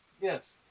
yes